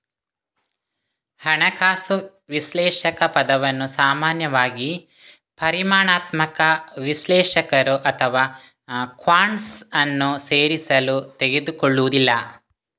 ಹಣಕಾಸು ವಿಶ್ಲೇಷಕ ಪದವನ್ನು ಸಾಮಾನ್ಯವಾಗಿ ಪರಿಮಾಣಾತ್ಮಕ ವಿಶ್ಲೇಷಕರು ಅಥವಾ ಕ್ವಾಂಟ್ಸ್ ಅನ್ನು ಸೇರಿಸಲು ತೆಗೆದುಕೊಳ್ಳುವುದಿಲ್ಲ